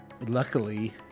Luckily